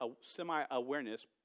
semi-awareness